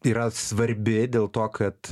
yra svarbi dėl to kad